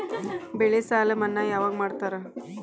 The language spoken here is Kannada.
ಬೆಳೆ ಸಾಲ ಮನ್ನಾ ಯಾವಾಗ್ ಮಾಡ್ತಾರಾ?